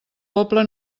poble